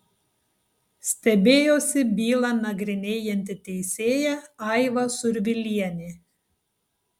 stebėjosi bylą nagrinėjanti teisėja aiva survilienė